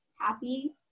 happy